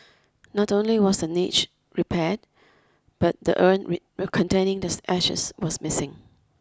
not only was the niche repaired but the urn containing this ashes was missing